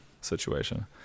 situation